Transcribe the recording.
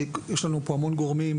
יש לנו פה המון גורמים,